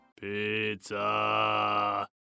Pizza